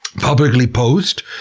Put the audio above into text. publicly post,